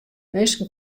minsken